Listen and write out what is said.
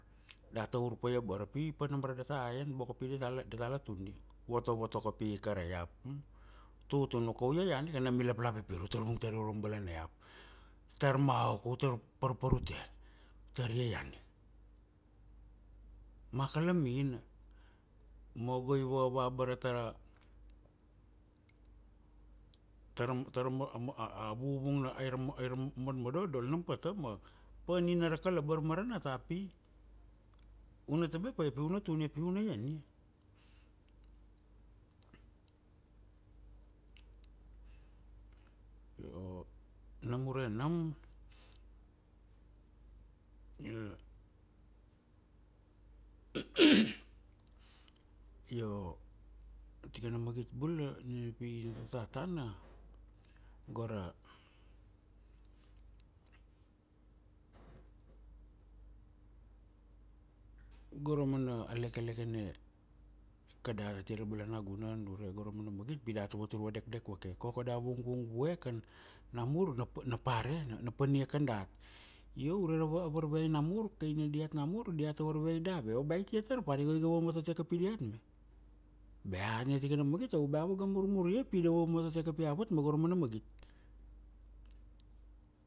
data ur pa ia abara pi pa nam a data en boko pi data la, data la tunia. Voto voto kapi ka ra iap, tutun ka u iaian ika, nam i laplapipir u tar vung tar ia urama ra balana iap. Tar maoko, u tar parparute, u tar iaian ika, ma akalamina, ma go i vava abara ta ra mon mododol nam pata, ma pa nina ra kalabar ma ra nata pi, u na tabe pa ia pi u na tunia pi u na iania. Nam ure nam io tikana magit bula nina pi na tata tana, go ra, go ra mana leke lekene, kadat ati ra bala na nagunan ure go ra mana magit pi data vatur vadekdek vake, koko da vungvung vue kan, na mur na par eh, na panie kan dat. Io ure ra varveai na mur kai nina diat na mur, dia ta varveai dave? Au bea tia tar par, iogo iga vamotote kapi diat me, bea nina tikana magit ava ga murmur ia pi da vamotote kapi avat ma go ra mana magit